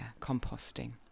composting